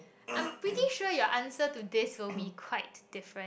I'm pretty sure your answer to this will be quite different